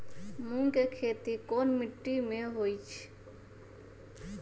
मूँग के खेती कौन मीटी मे होईछ?